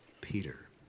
Peter